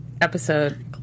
episode